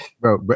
bro